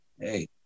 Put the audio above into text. hey